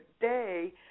day